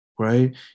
right